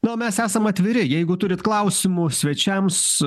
na o mes esam atviri jeigu turite klausimų svečiams